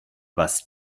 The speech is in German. was